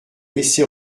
laissé